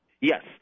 Yes